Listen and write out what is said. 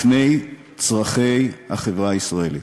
לפני צורכי החברה הישראלית.